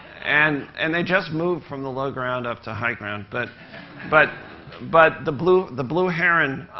and and they just moved from the low ground up to high ground. but but but the blue the blue heron,